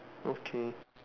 okay